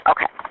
Okay